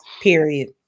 Period